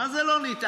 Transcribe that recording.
מה זה "לא ניתן"?